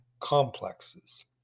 Complexes